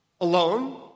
alone